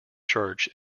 church